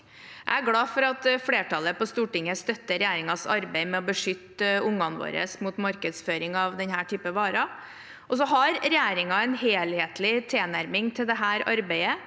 Jeg er glad for at flertallet på Stortinget støtter regjeringens arbeid med å beskytte ungene våre mot markedsføring av denne typen varer. Regjeringen har en helhetlig tilnærming til dette arbeidet.